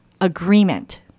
agreement